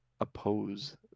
oppose